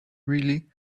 really